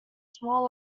small